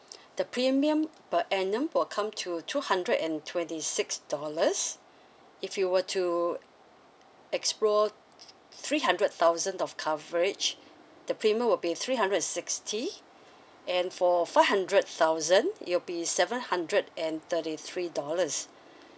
the premium per annum will come to two hundred and twenty six dollars if you were to explore three hundred thousand of coverage the payment will be three hundred and sixty and for five hundred thousand it'll be seven hundred and thirty three dollars